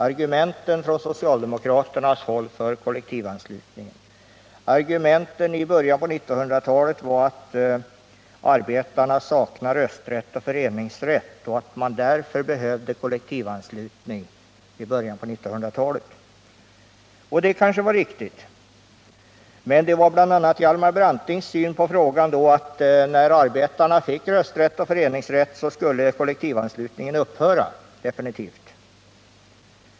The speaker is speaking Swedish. Argumentet från socialdemokraternas håll för kollektivanslutningen var i början på 1900-talet att arbetarna saknade rösträtt och föreningsrätt och att man därför behövde kollektivanslutningen. Det kanske var riktigt. Bl. a. hade Hjalmar Branting den synen på frågan att när arbetarna fick rösträtt och föreningsrätt skulle kollektivanslutningen definitivt upphöra.